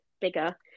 bigger